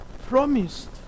promised